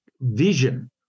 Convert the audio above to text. vision